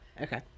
Okay